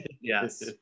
Yes